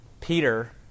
Peter